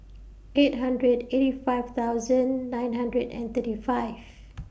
eight hundred eighty five thousand nine hundred and thirty five